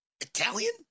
Italian